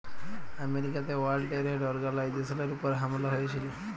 আমেরিকাতে world trade অর্গালাইজেশলের উপর হামলা হঁয়েছিল